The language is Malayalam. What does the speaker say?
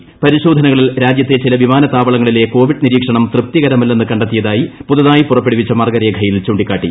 ്പരിശോധനകളിൽ രാജ്യത്തെ ചില വിമാനത്താവളങ്ങളിലെ കോവിഡ് നിരീക്ഷണം തൃപ്തികരമല്ലെന്ന് കണ്ടെത്തിയതായി പുതുതായി പുറപ്പെടുവിച്ച മാർഗ്ഗരേഖയിൽ ചൂണ്ടിക്കാട്ടി